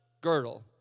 girdle